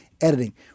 editing